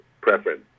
preference